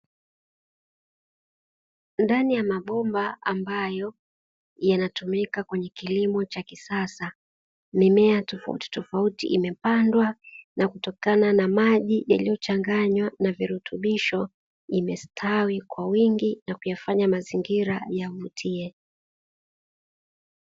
Ndani ya mabomba ambayo yanatumika kwenye kilimo cha kisasa, mimea tofauti tofauti imepandwa na kutokana na maji yaliyochanganywa na virutubisho imestawi kwa wingi na kuyafanya mazingira yavutie.